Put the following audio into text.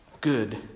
good